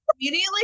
immediately